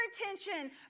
attention